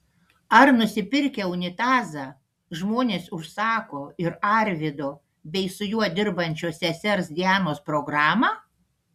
ar nusipirkę unitazą žmonės užsako ir arvydo bei su juo dirbančios sesers dianos programą